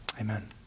Amen